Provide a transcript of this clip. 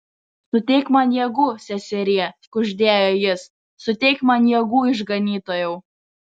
suteik man jėgų seserie kuždėjo jis suteik man jėgų išganytojau